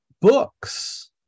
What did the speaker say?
books